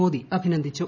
മോദി അഭിനന്ദിച്ചു